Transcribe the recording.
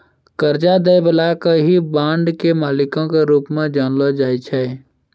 कर्जा दै बाला के ही बांड के मालिको के रूप मे जानलो जाय छै